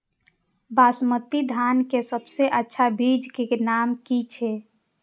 बासमती धान के सबसे अच्छा बीज के नाम की छे?